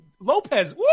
Lopez